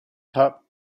top